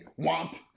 Womp